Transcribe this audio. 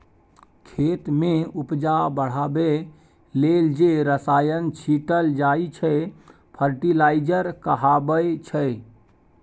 खेत मे उपजा बढ़ाबै लेल जे रसायन छीटल जाइ छै फर्टिलाइजर कहाबै छै